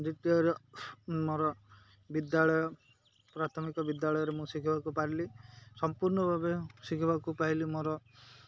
ଦ୍ୱିତୀୟର ମୋର ବିଦ୍ୟାଳୟ ପ୍ରାଥମିକ ବିଦ୍ୟାଳୟରେ ମୁଁ ଶିଖିବାକୁ ପାଇଲି ସମ୍ପୂର୍ଣ୍ଣ ଭାବେ ଶିଖିବାକୁ ପାଇଲି ମୋର